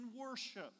worship